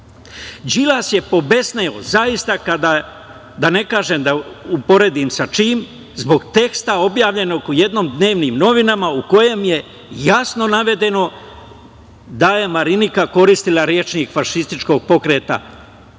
tako. Đilas je pobesneo zaista kao, da to ne uporedim sa čim, zbog teksta objavljenog u jednim dnevnim novinama u kojem je jasno navedeno da je Marinika koristila rečnik fašističkog pokreta